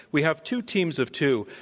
we have two teams of two.